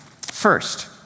First